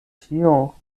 ĉio